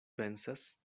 pensas